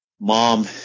mom